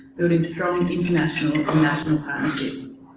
building strong international and um national pratnerships.